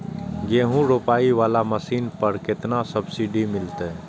गेहूं रोपाई वाला मशीन पर केतना सब्सिडी मिलते?